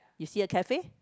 you see a cafe